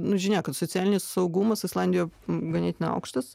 nu žinia kad socialinis saugumas islandijoj ganėtinai aukštas